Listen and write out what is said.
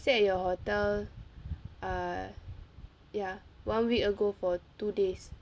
stayed at your hotel err ya one week ago for two days